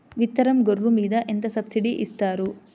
విత్తనం గొర్రు మీద ఎంత సబ్సిడీ ఇస్తారు?